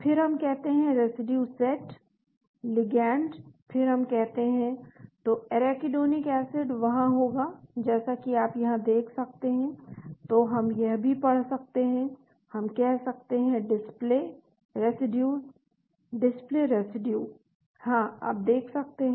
फिर हम कहते हैं रेसिड्यू सेट लिगैंड फिर हम कहते हैं तो एराकिडोनिक एसिड वहां होगा जैसा कि आप यहां देख सकते हैं तो हम यह भी पढ़ सकते हैं हम कह सकते हैं कि डिस्प्ले रेसिड्यूस डिस्प्ले रेसिड्यू हाँ आप देख सकते हैं